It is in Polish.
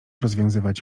rozwiązywać